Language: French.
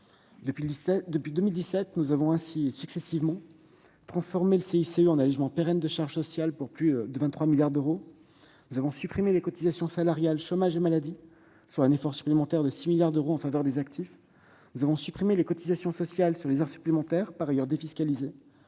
d'impôt pour la compétitivité et l'emploi (CICE) en un allégement pérenne de charges sociales de plus de 23 milliards d'euros et supprimé les cotisations salariales chômage et maladie, soit un effort supplémentaire de 6 milliards d'euros en faveur des actifs. Nous avons supprimé les cotisations sociales sur les heures supplémentaires, par ailleurs défiscalisées.